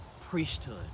priesthood